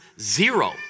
zero